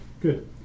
Good